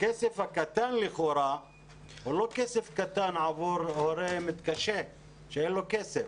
הכסף הקטן לכאורה הוא לא כסף קטן עבור הורה מתקשה שאין לו כסף,